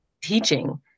teaching